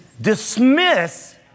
Dismiss